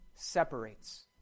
separates